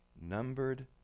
numbered